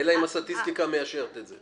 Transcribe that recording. אלא אם הסטטיסטיקה מאשרת את זה.